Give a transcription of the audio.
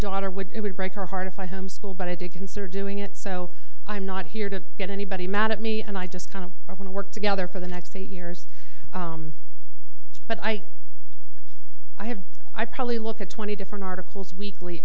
daughter would it would break her heart if i homeschool but i did consider doing it so i'm not here to get anybody mad at me and i just kind of want to work together for the next eight years but i i have i probably look at twenty different articles weekly